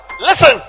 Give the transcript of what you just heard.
listen